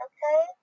Okay